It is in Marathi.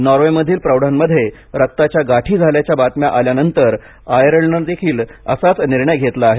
नॉर्वेमधील प्रौढांमध्ये रक्ताच्या गाठी झाल्याच्या बातम्या आल्यानंतर आयर्लंडनेही असाच निर्णय घेतला आहे